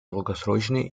долгосрочные